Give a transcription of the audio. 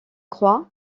croix